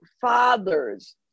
fathers